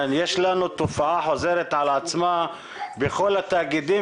יש לנו תופעה חוזרת על עצמה בכל התאגידים